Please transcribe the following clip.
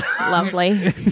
lovely